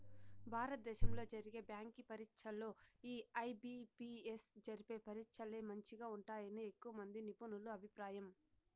భారత దేశంలో జరిగే బ్యాంకి పరీచ్చల్లో ఈ ఐ.బి.పి.ఎస్ జరిపే పరీచ్చలే మంచిగా ఉంటాయని ఎక్కువమంది నిపునుల అభిప్రాయం